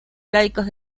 laicos